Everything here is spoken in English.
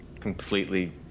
completely